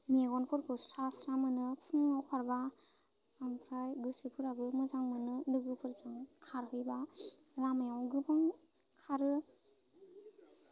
मेगनफोरखौ स्रा स्रा मोनो फुङाव खारबा ओमफ्राय गोसोफोराबो मोजां मोनो लोगोफोरजों खारहैबा लामायाव गोबां खारो